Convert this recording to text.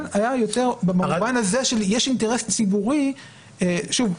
היה יותר במובן הזה שיש אינטרס ציבורי ושוב,